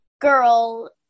girl